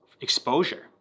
exposure